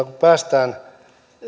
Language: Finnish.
kun päästään